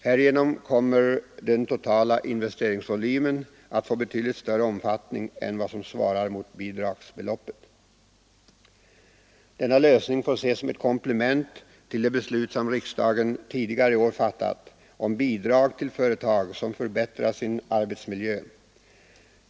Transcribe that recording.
Härigenom kommer den totala investeringsvolymen att få betydligt större omfattning än vad som svarar mot bidragsbeloppet. Denna lösning får ses som ett komplement till det beslut som riksdagen tidigare i år fattat om bidrag till företag som förbättrar sin arbetsmiljö.